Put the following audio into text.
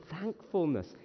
thankfulness